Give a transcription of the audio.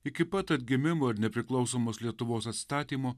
iki pat atgimimo ir nepriklausomos lietuvos atstatymo